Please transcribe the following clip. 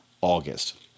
August